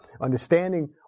understanding